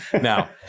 Now